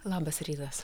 labas rytas